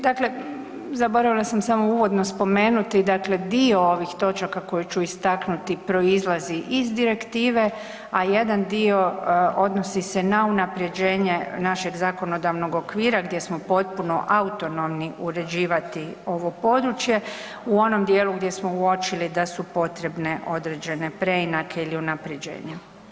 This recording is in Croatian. Dakle, zaboravila sam samo uvodno spomenuti, dakle dio ovih točaka koje ću istaknuti proizlazi iz Direktive, a jedan dio odnosi se na unaprjeđenje našeg zakonodavnog okvira gdje smo potpuno autonomni uređivati ovo područje u onom dijelu gdje smo uočili da su potrebne određene preinake ili unaprjeđenja.